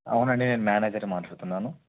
అవునండి నేను మేనేజర్ని మాట్లాడుతున్నాను